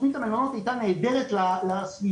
תוכנית המלונות הייתה נהדרת לסביבה,